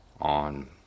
on